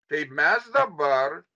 tai mes dabar